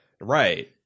Right